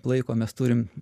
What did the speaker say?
laiko mes turim